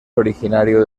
originario